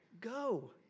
go